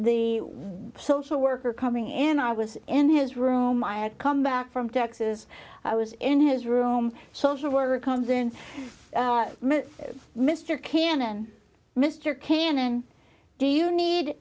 the social worker coming in i was in his room i had come back from texas i was in his room so if you were comes in mr cannon mr cannon do you need